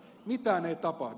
mitään ei tapahdu